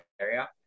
area